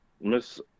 miss